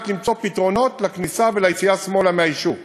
למצוא פתרונות לכניסה וליציאה מהיישוב שמאלה.